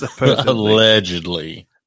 Allegedly